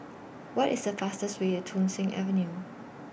What IS The fastest Way to Thong Soon Avenue